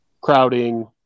crowding